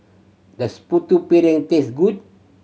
does Putu Piring taste good